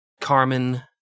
Carmen